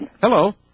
Hello